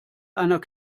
einer